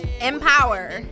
empower